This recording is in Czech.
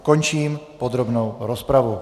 Končím podrobnou rozpravu.